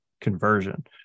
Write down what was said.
conversion